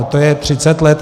To je třicet let.